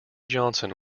johnson